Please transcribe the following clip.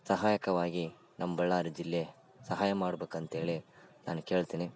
ಸಹಾಯಕವಾಗಿ ನಮ್ಮ ಬಳ್ಳಾರಿ ಜಿಲ್ಲೆ ಸಹಾಯ ಮಾಡ್ಬೇಕಂತೇಳಿ ನಾನು ಕೇಳ್ತೀನಿ